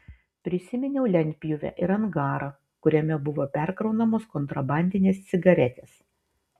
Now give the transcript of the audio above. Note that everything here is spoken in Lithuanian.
prisiminiau lentpjūvę ir angarą kuriame buvo perkraunamos kontrabandinės cigaretės